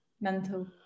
mental